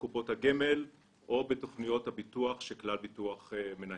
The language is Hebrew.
קופות הגמל או בתכניות הביטוח שכלל ביטוח מנהלת.